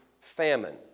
famine